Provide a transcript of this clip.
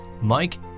Mike